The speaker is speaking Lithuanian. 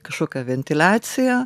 kažkokia ventiliacija